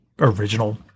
original